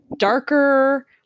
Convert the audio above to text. darker